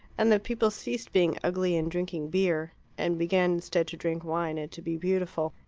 and the people ceased being ugly and drinking beer, and began instead to drink wine and to be beautiful.